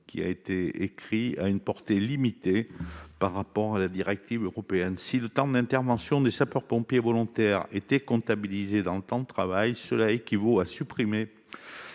L'article 22 A a une portée limitée par rapport à la directive européenne. Si le temps d'intervention des sapeurs-pompiers volontaires était comptabilisé dans le temps de travail, cela équivaudrait à supprimer